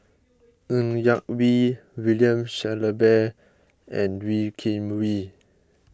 Ng Yak Whee William Shellabear and Wee Kim Wee